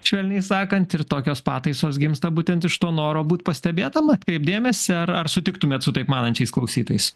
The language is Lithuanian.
švelniai sakant ir tokios pataisos gimsta būtent iš to noro būt pastebėtam atkreipt dėmesį ar ar sutiktumėt su taip manančiais klausytojais